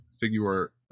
figure